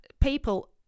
people